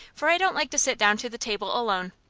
for i don't like to sit down to the table alone.